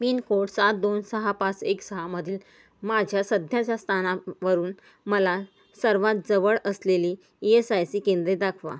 pin code सात दोन सहा पाच एक सहामधील माझ्या सध्याच्या स्थानावरून मला सर्वात जवळ असलेली ई एस आय सी केंद्रे दाखवा